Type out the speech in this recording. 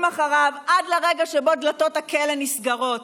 אחריו עד לרגע שבו דלתות הכלא נסגרות.